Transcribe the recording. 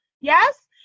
yes